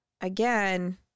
again